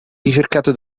ricercato